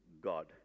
God